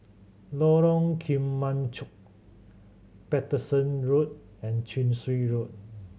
Lorong Kemunchup Paterson Road and Chin Swee Road